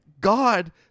God